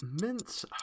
mints